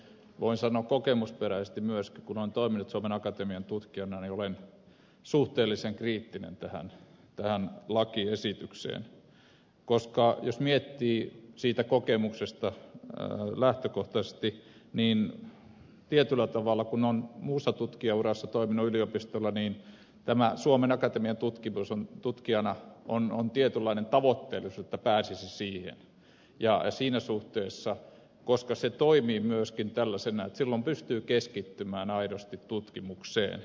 voin sanoa kokemusperäisesti myöskin kun olen toiminut suomen akatemian tutkijana että olen suhteellisen kriittinen tätä lakiesitystä kohtaan koska jos miettii siitä kokemuksesta lähtökohtaisesti niin tietyllä tavalla kun on muulla tutkijanuralla toiminut yliopistolla tämä suomen akatemian tutkijana toimiminen on tietynlainen tavoite että pääsisi siihen siinä suhteessa koska se toimii myöskin tällaisena että silloin pystyy keskittymään aidosti tutkimukseen